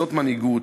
זאת מנהיגות,